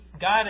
God